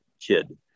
kid